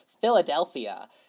Philadelphia